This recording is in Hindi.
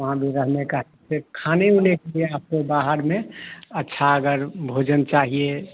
वहाँ भी रहने का फिर खाने ओने के लिए आपको बाहर में अच्छा अगर भोजन चाहिए